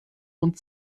und